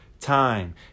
time